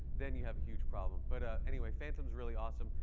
then you have a huge problem. but anyway, phantom's really awesome.